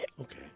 Okay